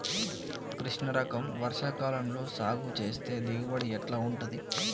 కృష్ణ రకం వర్ష కాలం లో సాగు చేస్తే దిగుబడి ఎట్లా ఉంటది?